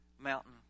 mountain